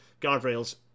guardrails